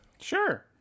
Sure